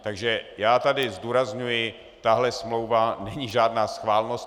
Takže já tady zdůrazňuji tahle smlouva není žádná schválnost.